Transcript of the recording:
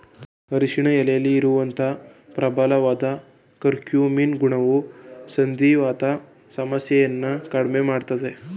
ಅರಿಶಿನ ಎಲೆಲಿ ಇರುವಂತ ಪ್ರಬಲವಾದ ಕರ್ಕ್ಯೂಮಿನ್ ಗುಣವು ಸಂಧಿವಾತ ಸಮಸ್ಯೆಯನ್ನ ಕಡ್ಮೆ ಮಾಡ್ತದೆ